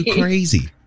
crazy